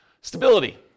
Stability